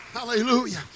Hallelujah